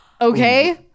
okay